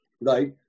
right